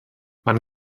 man